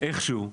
איך שהוא,